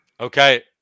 Okay